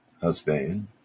husband